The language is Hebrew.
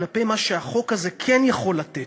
כלפי מה שהחוק הזה כן יכול לתת,